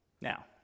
Now